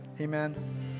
Amen